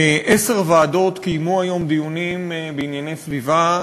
עשר ועדות קיימו היום דיונים בענייני סביבה,